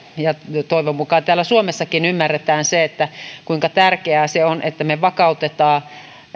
ja toivon mukaan täällä suomessakin ymmärretään se kuinka tärkeää on että me vakautamme